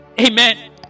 Amen